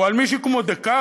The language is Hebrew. או על מישהו כמו דקארט,